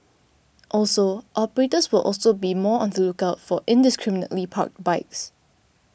also operators will also be more on the lookout for indiscriminately parked bikes